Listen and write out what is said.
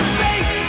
face